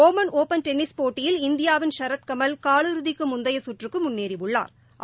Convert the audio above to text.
Oman open tennis போட்டியில் இந்தியாவின் சரத்கமல் கால் இறுதிக்கு முந்தைய கற்றுக்கு முன்னேறியுள்ளாா்